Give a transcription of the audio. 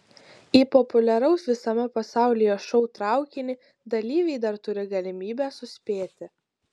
į populiaraus visame pasaulyje šou traukinį dalyviai dar turi galimybę suspėti